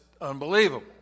unbelievable